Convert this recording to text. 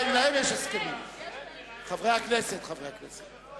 אני קובע שסעיף 162 עבר כהצעת הוועדה.